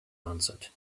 answered